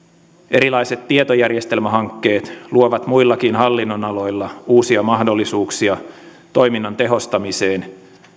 erilaiset tietojärjestelmähankkeet luovat muillakin hallin nonaloilla uusia mahdollisuuksia toiminnan tehostamiseen